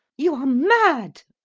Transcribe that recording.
you are mad!